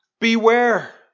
Beware